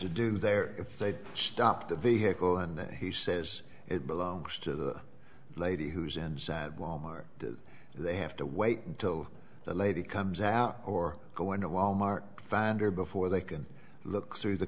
to do there if they stop the vehicle and he says it belongs to the lady who is inside or they have to wait till the lady comes out or go into walmart find her before they can look through the